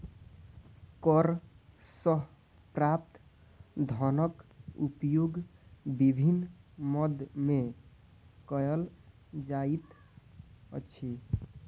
कर सॅ प्राप्त धनक उपयोग विभिन्न मद मे कयल जाइत अछि